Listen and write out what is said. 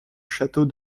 château